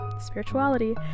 spirituality